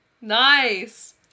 Nice